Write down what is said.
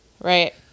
Right